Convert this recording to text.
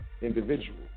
individual